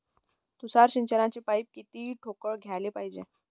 तुषार सिंचनाचे पाइप किती ठोकळ घ्याले पायजे?